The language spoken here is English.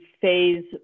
Phase